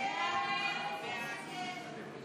הסתייגות 31 לחלופין ה' לא נתקבלה.